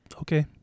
Okay